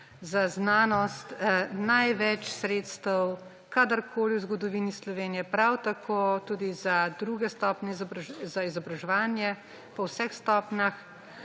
za znanost največ sredstev kadarkoli v zgodovini Slovenije, prav tako tudi za izobraževanje po vseh stopnjah.